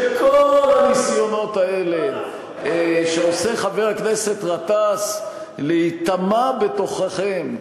שכל הניסיונות האלה שעושה חבר הכנסת גטאס להיטמע בתוככם,